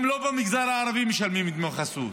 גם לא במגזר הערבי משלמים דמי חסות,